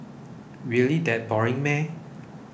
really that boring